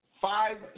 five